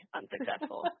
unsuccessful